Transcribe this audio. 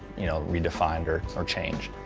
you know, redefined or or changed.